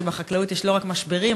אני חוזרת לציטוט: התחברתי עם דנה מלצר,